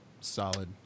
Solid